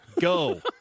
go